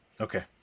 Okay